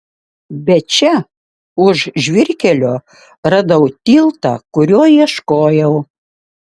bet čia už žvyrkelio radau tiltą kurio ieškojau